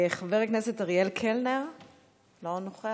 חבר הכנסת אריאל קלנר, לא נוכח.